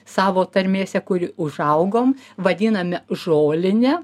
savo tarmėse kuri užaugom vadiname žolinė